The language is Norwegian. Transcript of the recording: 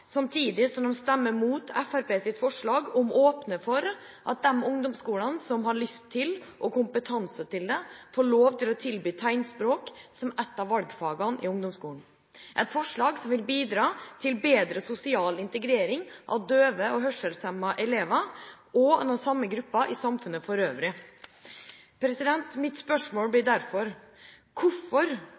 at de ungdomsskolene som har lyst og kompetanse til det, får lov til å tilby tegnspråk som et av valgfagene i ungdomsskolen, et forslag som vil bidra til bedre sosial integrering av døve og hørselshemmede elever og av den samme gruppen i samfunnet for øvrig. Mitt spørsmål blir derfor: Hvorfor